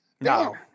No